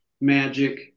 magic